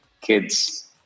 kids